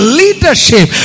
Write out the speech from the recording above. leadership